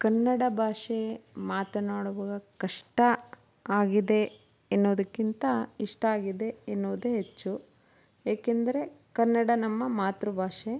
ಕನ್ನಡ ಭಾಷೆ ಮಾತನಾಡುವಾಗ ಕಷ್ಟ ಆಗಿದೆ ಎನ್ನೋದಕ್ಕಿಂತ ಇಷ್ಟ ಆಗಿದೆ ಎನ್ನೋದೇ ಹೆಚ್ಚು ಏಕೆಂದರೆ ಕನ್ನಡ ನಮ್ಮ ಮಾತೃಭಾಷೆ